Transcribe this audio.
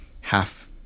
half